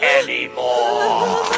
anymore